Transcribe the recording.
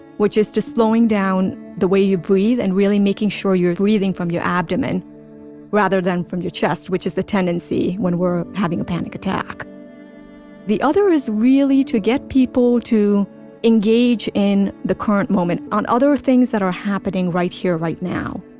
which is just slowing down the way you breathe and really making sure you're breathing from your abdomen rather than from the chest, which is the tendency when we're having a panic attack the other is really to get people to engage in the moment on other things that are happening right here, right now.